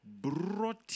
brought